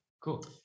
Cool